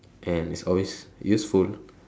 and is always useful